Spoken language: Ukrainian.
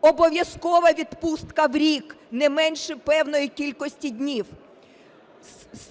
обов'язкова відпустка в рік не менше певної кількості днів,